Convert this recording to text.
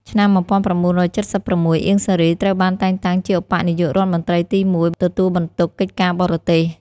ឆ្នាំ១៩៧៦ អៀង សារី ត្រូវបានតែងតាំងជាឧបនាយករដ្ឋមន្ត្រីទីមួយ ទទួលបន្ទុកកិច្ចការបរទេស ។